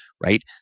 right